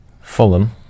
Fulham